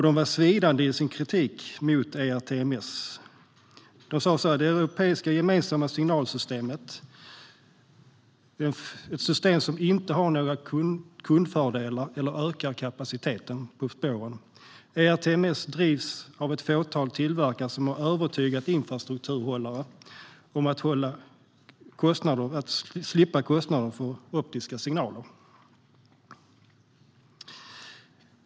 De var svidande i sin kritik mot ERTMS och sa så här: Det europeiska gemensamma signalsystemet är satt i fråga. Det är ett system som inte har några kundfördelar, och det ökar heller inte kapaciteten på spåren. ERTMS drivs av ett fåtal tillverkare som har övertygat infrastrukturhållare om att de kan slippa kostnader för optiska signaler.